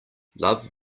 love